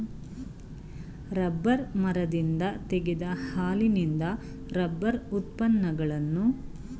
rubber ಮರದಿಂದ ತೆಗೆದ ಹಾಲಿನಿಂದ ರಬ್ಬರ್ ಉತ್ಪನ್ನಗಳನ್ನು ತರಯಾರಿಸ್ತರೆ